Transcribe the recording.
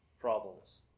problems